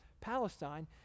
Palestine